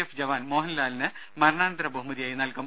F ജവാൻ മോഹൻലാലിന് മരണാനന്തര ബഹുമതിയായി നൽകും